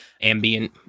ambient